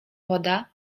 woda